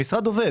המשרד עובד.